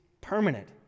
permanent